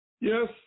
Yes